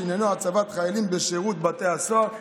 שעניינו הצבת חיילים בשירות בתי הסוהר.